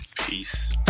peace